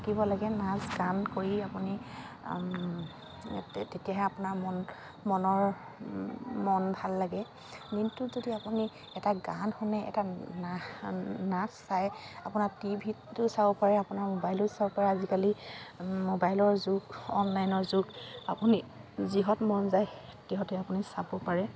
থাকিব লাগে নাচ গান কৰি আপুনি তেতিয়াহে আপোনাৰ মন মনৰ মন ভাল লাগে দিনটোত যদি আপুনি এটা গান শুনে এটা নাচ চায় আপোনাৰ টিভিতটো চাব পাৰে আপোনাৰ মোবাইলত চাব পাৰে আজিকালি মোবাইলৰ যুগ অনলাইনৰ যুগ আপুনি যিহত মন যায় তিহতে আপুনি চাব পাৰে